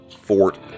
Fort